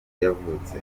yavutse